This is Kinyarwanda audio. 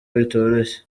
bitoroshye